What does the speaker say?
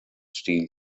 steel